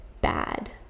bad